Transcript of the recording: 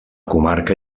comarca